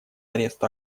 арест